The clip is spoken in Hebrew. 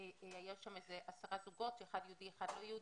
היו שם עשרה זוגות של אחד יהודי ואחד לא יהודי,